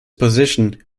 position